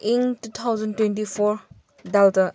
ꯏꯪ two thousand twenty four ꯗꯥꯜꯇꯥ